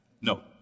No